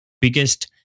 biggest